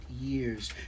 years